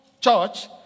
church